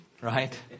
right